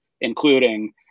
including